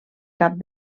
cap